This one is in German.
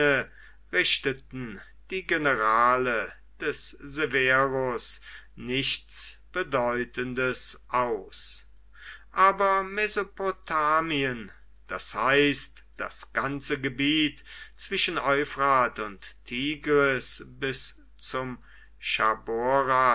richteten die generale des severus nichts bedeutendes aus aber mesopotamien das heißt das ganze gebiet zwischen euphrat und tigris bis zum